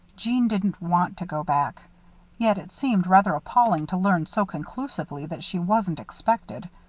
jeanne didn't want to go back yet it seemed rather appalling to learn so conclusively that she wasn't expected.